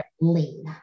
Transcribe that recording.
lean